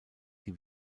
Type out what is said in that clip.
die